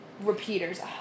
repeaters